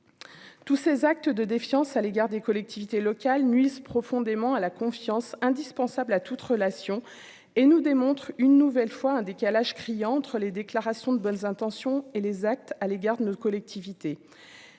Tous ces actes de défiance à l'égard des collectivités locales nuisent profondément à la confiance indispensable à toute relation et nous démontre une nouvelle fois un décalage criant entre les déclarations de bonnes intentions et les actes à l'égard de notre collectivité